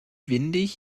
windig